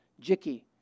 Jicky